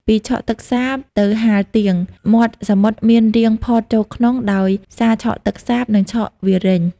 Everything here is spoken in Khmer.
ពីឆកទឹកសាបទៅហាទៀង មាត់សមុទ្រមានរាងផតចូលក្នុង ដោយសារឆកទឹកសាប និងឆកវាលរេញ ។